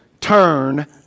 Turn